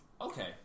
okay